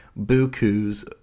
Buku's